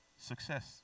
success